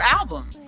album